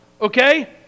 Okay